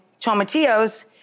tomatillos